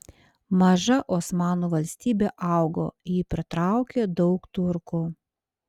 maža osmanų valstybė augo ji pritraukė daug turkų